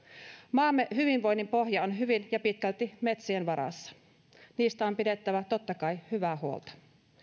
maamme hyvinvoinnin pohja on hyvin pitkälti metsien varassa niistä on pidettävä totta kai hyvää huolta